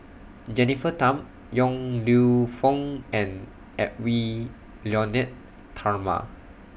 Jennifer Tham Yong Lew Foong and Edwy Lyonet Talma